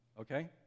okay